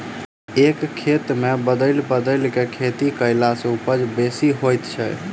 एक खेत मे बदलि बदलि क खेती कयला सॅ उपजा बेसी होइत छै